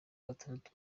gatandatu